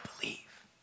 believe